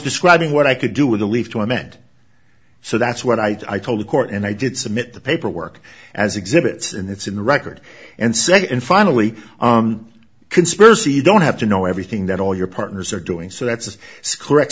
describing what i could do with the leave to amend so that's what i told the court and i did submit the paperwork as exhibits and it's in the record and second finally conspiracy don't have to know everything that all your partners are doing so that's correct